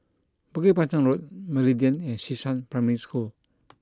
Bukit Panjang Road Meridian and Xishan Primary School